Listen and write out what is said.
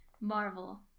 marvel